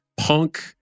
punk